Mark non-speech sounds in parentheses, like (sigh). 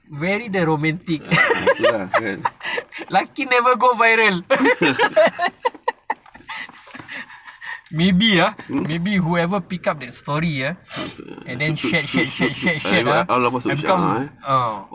very the romantic (laughs) lucky never go viral (laughs) maybe ah maybe whoever pick up that story ah (noise) and then share share share share ah (noise)